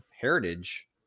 heritage